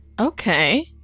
okay